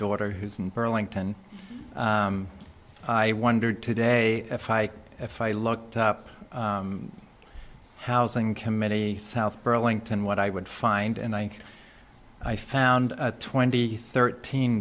daughter who's in burlington i wondered today if i if i looked up housing committee south burlington what i would find and i think i found twenty thirteen